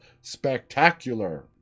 spectacular